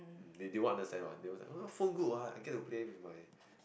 they won't understand one they will like oh phone good what I get to play with my